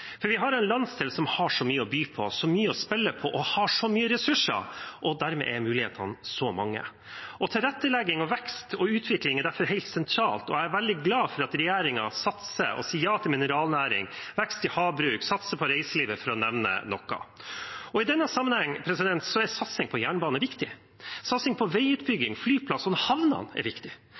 For vi har en landsdel som har så mye å by på, så mye å spille på og så mye ressurser, og dermed er mulighetene mange. Tilrettelegging, vekst og utvikling er derfor helt sentralt, og jeg er veldig glad for at regjeringen satser og sier ja til mineralnæring og vekst i havbruk og satser på reiselivet – for å nevne noe. I denne sammenhengen er satsing på jernbane viktig, og satsing på veiutbygging, flyplasser og havner viktig. Jeg er